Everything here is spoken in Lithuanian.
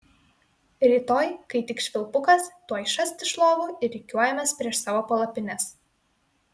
rytoj kai tik švilpukas tuoj šast iš lovų ir rikiuojamės prieš savo palapines